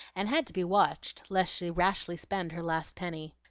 and had to be watched lest she rashly spend her last penny.